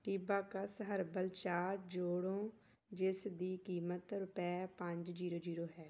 Teabox herbal ਚਾਹ ਜੋੜੋ ਜਿਸ ਦੀ ਕੀਮਤ ਰੁਪਏ ਪੰਜ ਜ਼ੀਰੋ ਜ਼ੀਰੋ ਹੈ